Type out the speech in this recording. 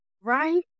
right